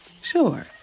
Sure